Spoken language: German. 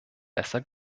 besser